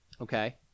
Okay